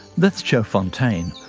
that's joe fontaine.